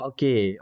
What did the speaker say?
Okay